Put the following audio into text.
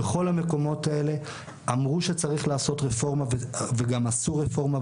בכל המקומות האלה אמרו שצריך לעשות רפורמה וגם עשו רפורמה,